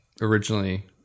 originally